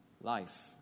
life